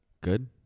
Good